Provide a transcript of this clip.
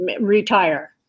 retire